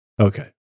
Okay